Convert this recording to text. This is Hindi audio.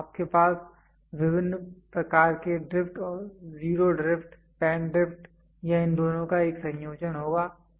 तो आपके पास विभिन्न प्रकार के drift zero drift span drift या इन दोनों का एक संयोजन होगा